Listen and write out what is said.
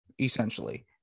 essentially